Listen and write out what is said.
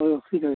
ᱦᱳᱭ